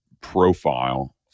profile